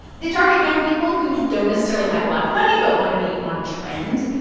they target young people who don't necessarily have a lot of money but want to be on trend.